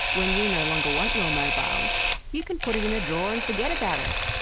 when you no longer want your mobile um you can put it in a drawer and forget about it.